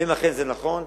ואם אכן זה נכון,